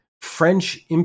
French